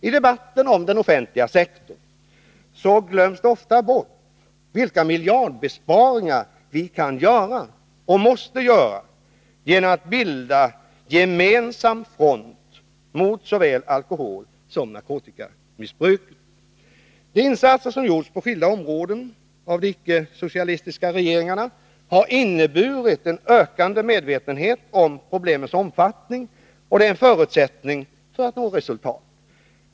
I debatten om den offentliga sektorn glöms det ofta bort vilka miljardbesparingar vi kan göra och måste göra genom att bilda gemensam front mot såväl alkoholsom narkotikamissbruket. De insatser som gjorts på skilda områden av de icke-socialistiska regeringarna har inneburit en ökande medvetenhet om problemens omfattning, och det är en förutsättning för att nå resultat.